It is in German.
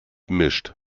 mischt